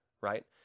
right